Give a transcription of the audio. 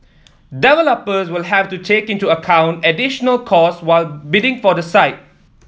developers will have to take into account additional costs while bidding for the site